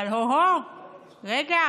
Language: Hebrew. אבל הו הו, רגע,